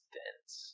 dense